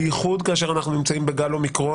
במיוחד כאשר אנחנו נמצאים בגל אומיקרון